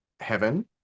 heaven